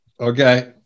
Okay